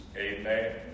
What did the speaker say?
amen